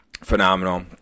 phenomenal